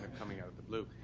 coming out of the blue.